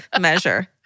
measure